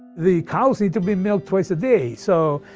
the cows need to be milked twice a day, so,